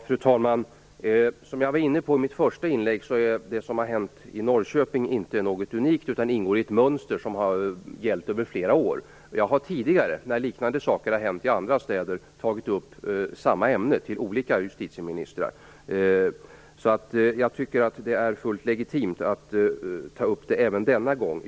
Fru talman! Som jag var inne på i mitt första anförande är det som hände i Norrköping inte något unikt utan ingår i ett mönster som har gällt över flera år. Jag har tidigare, när liknande saker har hänt i andra städer, tagit upp samma ämne med olika justitieministrar. Jag tycker att det är fullt legitimt att ta upp det även denna gång.